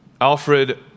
Alfred